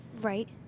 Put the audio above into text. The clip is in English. Right